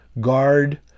guard